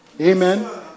Amen